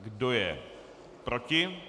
Kdo je proti?